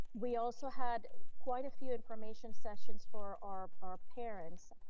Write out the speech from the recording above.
we also had quite a few information sessions for our our parents